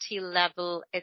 level